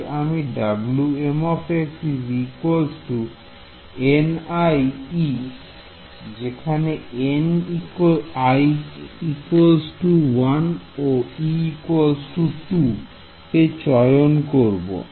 তাই আমি Wm কে চয়ন করব